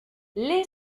les